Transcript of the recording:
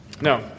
No